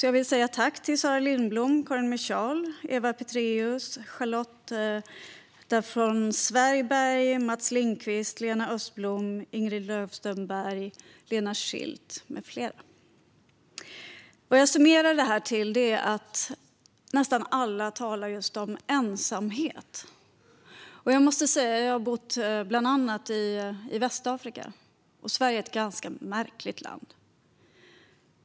Jag vill säga tack till Sara Lindblom, Karin Michal, Eva Pethrus, Charlotta von Zweigbergk, Mats Lindqvist, Lena Östholm, Ingrid Löfström Berg, Lena Schildt med flera. Vad jag summerar det här till är att nästan alla talar just om ensamhet. Jag har bott i bland annat Västafrika, och jag måste säga att Sverige är ett ganska märkligt land.